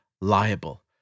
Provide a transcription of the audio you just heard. liable